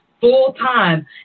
full-time